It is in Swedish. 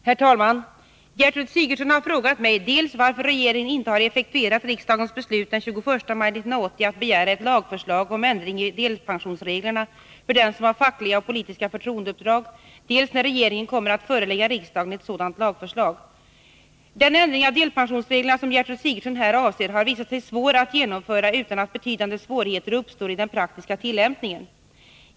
Herr talman! Gertrud Sigurdsen har frågat mig dels varför regeringen inte har effektuerat riksdagens beslut den 21 maj 1980 att begära ett lagförslag om ändring i delpensionsreglerna för den som har fackliga och politiska förtroendeuppdrag, dels när regeringen kommer att förelägga riksdagen ett sådant lagförslag. Den ändring av delpensionsreglerna som Gertrud Sigurdsen här avser har visat sig svår att genomföra utan att betydande svårigheter uppstår i den praktiska tillämpningen.